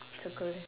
circle